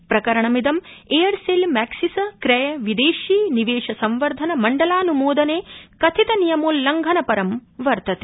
प्रकरणमिद Aircel Maxis क्रये विदेशी निवेश संवर्द्धन मण्डलानुमोदने कथित नियमोल्लंघन परं वर्तते